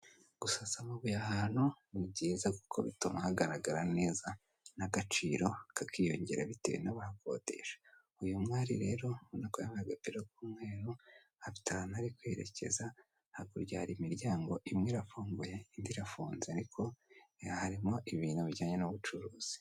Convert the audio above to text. Gusasa amabuye ahantu ni byiza kuko bituma hagaragara neza n'agaciro kakiyongera bitewe n'abahakodesha. Uyu mwari rero, ubona ko yambaye agapira k'umweru afite ahantu ari kwerekeza, hakurya hari imiryango, imwe irafunguye indi irafunze ariko harimo ibintu bijyanye n'ubucuruzi.